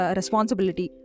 responsibility